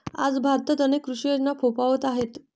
आज भारतात अनेक कृषी योजना फोफावत आहेत